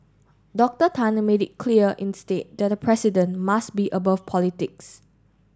Doctor Tan made it clear instead that the president must be above politics